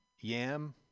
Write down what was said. Yam